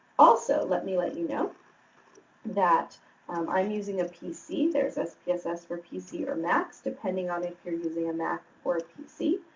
also, let me let you know that um i'm using a pc. there's ah so spss for pc or macs. depending on if you're using a mac or a pc,